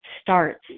starts